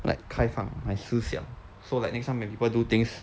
like 开放 my 思想 so like next time when people do things